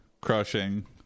crushing